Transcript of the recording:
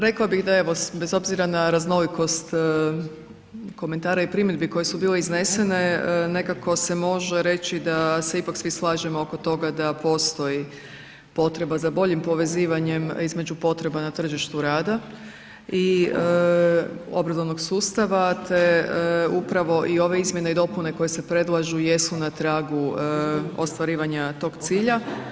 Rekla bih, da evo, bez obzira na raznolikost komentara i primjedbi koje su bile iznesene, nekako se može reći da se ipak svi slažemo oko toga da postoji potreba za boljim povezivanjem između potreba na tržištu rada i obrazovnog sustava te upravo i ove izmjene i dopune koje se predlažu jesu na tragu ostvarivanja tog cilja.